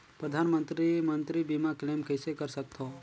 परधानमंतरी मंतरी बीमा क्लेम कइसे कर सकथव?